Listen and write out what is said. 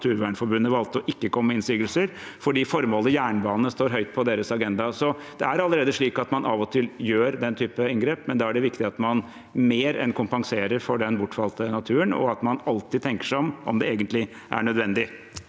Naturvernforbundet valgte å ikke komme med innsigelser fordi formålet jernbane står høyt på deres agenda. Det er allerede slik at man av og til gjør den type inngrep, men da er det viktig at man mer enn kompenserer for den bortfalte naturen, og at man alltid tenker seg om, om det egentlig er nødvendig.